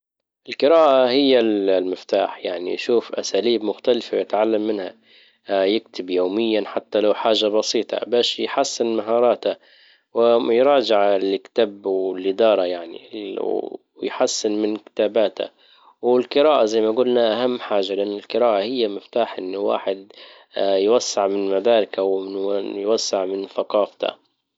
القراءة هي المفتاح يعني شوف اساليب مختلفة يتعلم منها يكتب يوميا حتى لو حاجة بسيطة باش يحسن مهاراته. ومراجعة اللي كتب واللي داره يعني ويحسن من كتاباته. والقراءة زي ما قلنا اهم حاجة لان القراءة هي مفتاح انه واحد اه يوسع من مداركه او من يوسع من ثقافته.